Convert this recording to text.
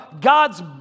God's